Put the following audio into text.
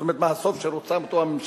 זאת אומרת, מהסוף שרוצה אותו הממשלה,